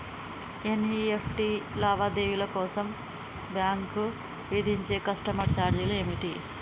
NEFT లావాదేవీల కోసం bank విధించే కస్టమర్ ఛార్జీలు ఏమిటి?